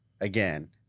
Again